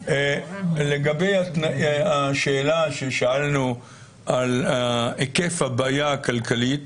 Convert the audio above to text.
לגבי השאלה ששאלנו על היקף הבעיה הכלכלית,